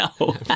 No